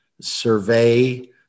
survey